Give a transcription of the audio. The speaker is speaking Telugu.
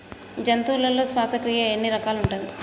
జంతువులలో శ్వాసక్రియ ఎన్ని రకాలు ఉంటది?